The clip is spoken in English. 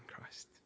christ